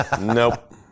Nope